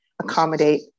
accommodate